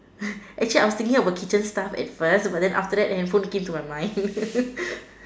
actually I was thinking about kitchen stuff at first but after that handphone came into my mind